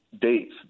dates